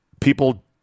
people